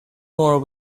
more